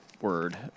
word